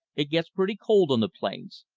it gets pretty cold on the plains.